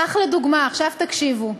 כך, לדוגמה, עכשיו תקשיבו,